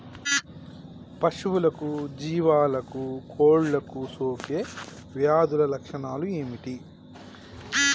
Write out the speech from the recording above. పశువులకు జీవాలకు కోళ్ళకు సోకే వ్యాధుల లక్షణాలు ఏమిటి?